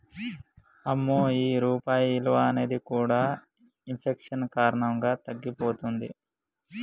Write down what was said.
అమ్మో ఈ రూపాయి విలువ అనేది కూడా ఇన్ఫెక్షన్ కారణంగా తగ్గిపోతుంది